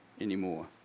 anymore